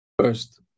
First